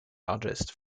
largest